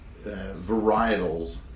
varietals